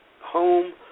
home